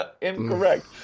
incorrect